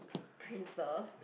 preserved